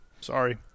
sorry